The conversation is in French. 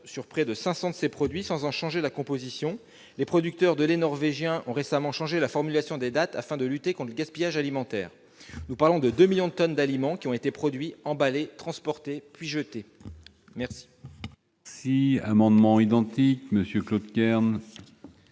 sur près de cinq cents de ses produits sans en changer la composition ; les producteurs de lait norvégiens ont récemment changé la formulation des dates afin de lutter contre le gaspillage alimentaire. Nous parlons de 2 millions de tonnes d'aliments qui ont été produites, emballées, transportées, puis jetées.